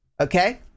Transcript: Okay